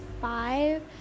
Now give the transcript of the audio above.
five